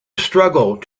struggle